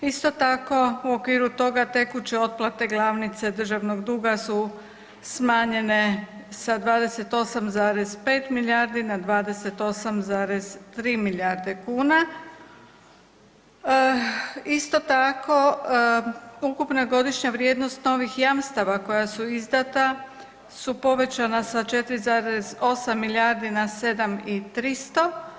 Isto tako u okviru toga tekuće otplate glavnice državnog duga su smanjene sa 28,5 milijardi na 28,3 milijarde kuna, isto tako ukupna godišnja vrijednost novih jamstava koja su izdata su povećana sa 4,8 milijardi na 7300.